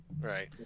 Right